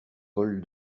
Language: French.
cols